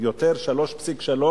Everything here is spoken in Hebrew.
פי-3.3.